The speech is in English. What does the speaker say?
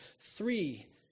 Three